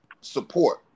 support